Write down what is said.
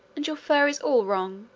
and your fur is all wrong,